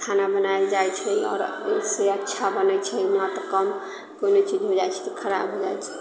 खाना बनायल जाइत छै आओर उससे अच्छा बनैत छै ना तऽ कम कोनो चीज हो जाइत छै तऽ खराब हो जाइत छै